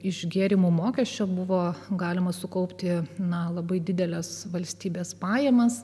iš gėrimų mokesčio buvo galima sukaupti na labai dideles valstybės pajamas